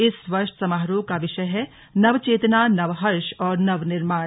इस वर्ष समारोहों का विषय है नवचेतना नवहर्ष और नव निर्माण